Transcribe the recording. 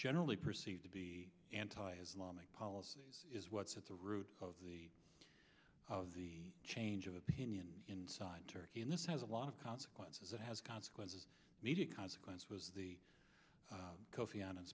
generally perceived to be anti islamic policies is what's at the root of the of the change of opinion inside turkey and this has a lot of consequences it has consequences media consequence was the kofi annan